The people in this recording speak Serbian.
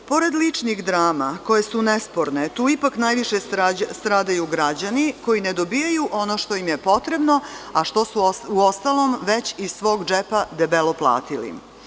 Pored ličnih drama koje su nesporne, tu ipak najviše stradaju građani koji ne dobijaju ono što im je potrebno, a što su uostalom već iz svog džepa debelo platili.